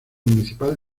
municipal